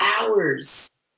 hours